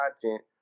content